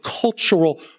cultural